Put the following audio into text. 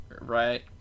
Right